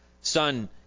Son